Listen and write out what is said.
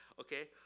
okay